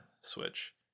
Switch